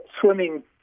swimming